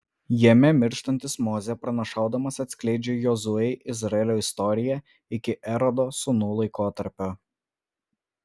jame mirštantis mozė pranašaudamas atskleidžia jozuei izraelio istoriją iki erodo sūnų laikotarpio